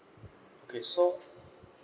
okay so